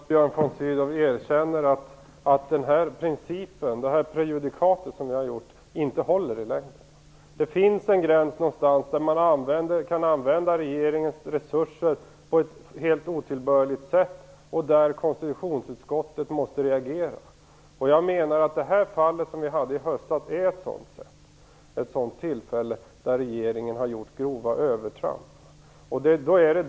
Herr talman! Jag tycker att det är bra att Björn von Sydow erkänner att den här principen/det här prejudikatet i längden inte håller. Någonstans finns en gräns för när man kan använda regeringens resurser på ett helt otillbörligt sätt. Där måste konstitutionsutskottet reagera. Jag menar att fallet i höstas är ett sådant exempel på grova övertramp från regeringen.